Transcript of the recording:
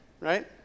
right